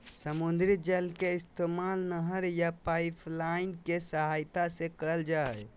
समुद्री जल के इस्तेमाल नहर या पाइपलाइन के सहायता से करल जा हय